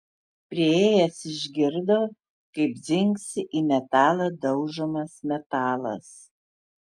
priėjęs išgirdo kaip dzingsi į metalą daužomas metalas